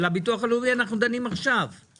על הביטוח הלאומי אנחנו דנים עכשיו,